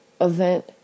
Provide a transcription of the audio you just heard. event